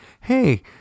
hey